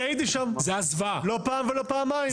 אני הייתי שם לא פעם ולא פעמיים.